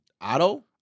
auto